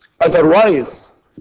Otherwise